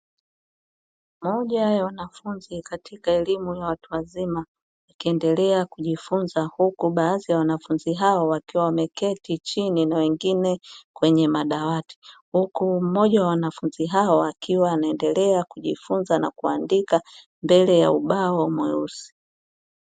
Moja ya wanafunzi katika elimu ya watu wazima, wakiendelea kujifunza huku baadhi ya wanafunzi hao, wakiwa wameketi chini, na wengine kwenye madawati. Huku mmoja wa wanafunzi hao, akiwa anaendelea kujifunza na kuandika mbele ya ubao mweusi.